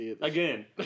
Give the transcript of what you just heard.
again